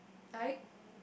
like